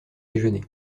déjeuner